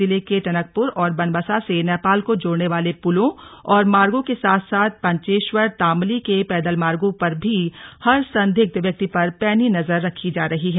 जिले के टनकपुर और बनबसा से नेपाल को जोड़ने वाले पुलों और मार्गो के साथ साथ पंचेश्वर तामली के पैदल मार्गो पर भी हर संदिग्ध व्यक्ति पर पैनी नजर रखी जा रही है